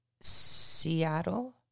Seattle